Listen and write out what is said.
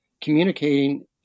communicating